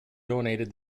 donated